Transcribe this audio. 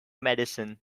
medicine